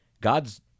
God's